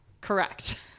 Correct